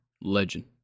legend